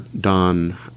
done